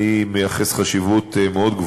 אני מייחס חשיבות רבה מאוד,